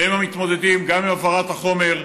והם המתמודדים גם עם העברת החומר,